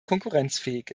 konkurrenzfähig